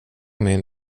min